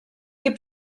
gibt